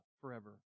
forever